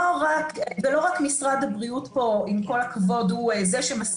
לא רק משרד הבריאות פה הוא זה שעמום,